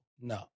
No